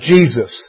Jesus